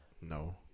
No